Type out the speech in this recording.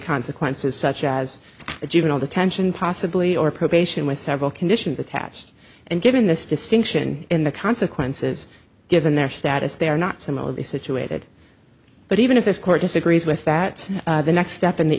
consequences such as a juvenile detention possibly or probation with several conditions attached and given this distinction in the consequences given their status they are not similarly situated but even if this court disagrees with that the next step in the